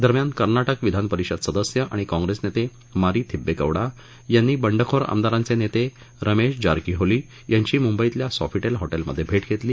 दरम्यान कर्नाटक विधानपरिषद सदस्य आणि कॉप्रेसनेते मारी थिब्बे गौडा यांनी बंडखोर आमदारांचे नेते रमेश जारकीहोली यांची मुंबईतल्या सॉफीटेल हॉटेलमधे भेट घेतली